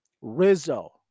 Rizzo